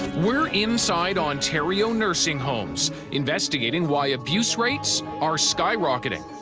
we're inside ontario nursing homes, investigating why abuse rates are sky rocketing.